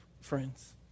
friends